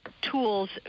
tools